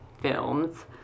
films